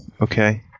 Okay